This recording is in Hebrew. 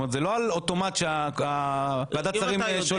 זה לא על אוטומט שוועדת שרים שוללת.